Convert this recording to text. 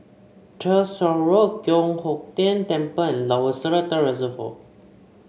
Tyersall Road Giok Hong Tian Temple and Lower Seletar Reservoir